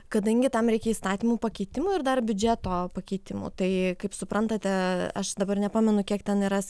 kadangi tam reikia įstatymų pakeitimų ir dar biudžeto pakeitimų tai kaip suprantate aš dabar nepamenu kiek ten yra